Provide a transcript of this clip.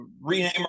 rename